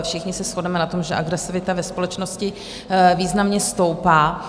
Všichni se shodneme na tom, že agresivita ve společnosti významně stoupá.